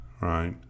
right